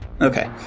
Okay